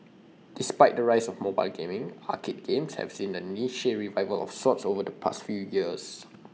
despite the rise of mobile gaming arcade games have seen A niche revival of sorts over the past few years